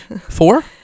Four